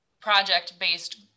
project-based